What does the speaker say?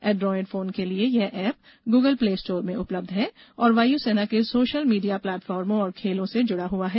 Android phone के लिए यह ऐप गूगल प्ले स्टोर में उपलब्ध है और वायुसेना के सोशल मीडिया प्लेटफार्मों और खेलों से जुड़ा हुआ है